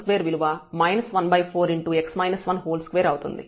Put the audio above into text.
తర్వాత 12 fxx1 12 విలువ 142 అవుతుంది